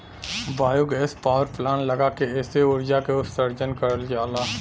biogas power plant लगा के एसे उर्जा के उत्सर्जन करल जाला